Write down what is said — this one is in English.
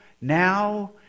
now